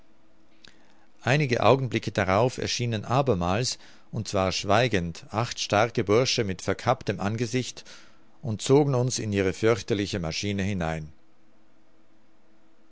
einige augenblicke darauf erschienen abermals und zwar schweigend acht starke bursche mit verkapptem angesicht und zogen uns in ihre fürchterliche maschine hinein